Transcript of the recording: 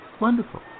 wonderful